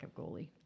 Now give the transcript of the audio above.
goalie